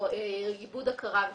איבוד הכרה וכולי.